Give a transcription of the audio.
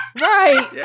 Right